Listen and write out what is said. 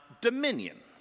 dominion